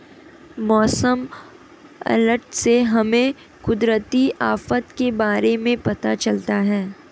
मौसम अलर्ट से हमें कुदरती आफत के बारे में पता चलता है